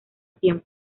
tiempo